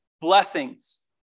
blessings